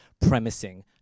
premising